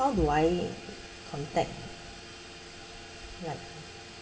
how do I contact right